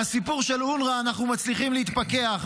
מהסיפור של אונר"א אנחנו מצליחים להתפכח,